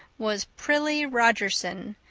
was prillie rogerson,